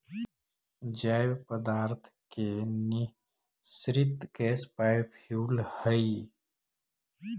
जैव पदार्थ के निःसृत गैस बायोफ्यूल हई